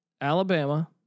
Alabama